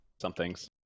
somethings